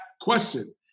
question